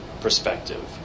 perspective